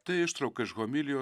tai ištrauka iš homilijos